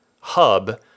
hub